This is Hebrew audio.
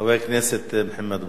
חבר הכנסת מוחמד ברכה,